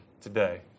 today